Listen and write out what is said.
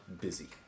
busy